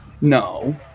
No